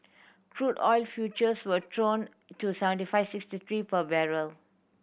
crude oil futures were down to seventy five sixty three per barrel